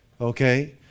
okay